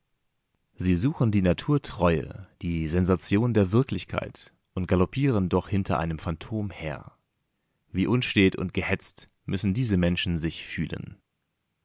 sie suchen die naturtreue die sensation der wirklichkeit und galoppieren doch hinter einem phantom her wie unstet und gehetzt müssen diese menschen sich fühlen